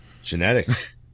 Genetics